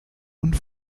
und